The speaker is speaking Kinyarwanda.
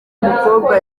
mukobwa